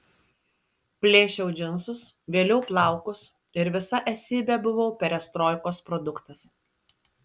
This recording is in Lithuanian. plėšiau džinsus vėliau plaukus ir visa esybe buvau perestroikos produktas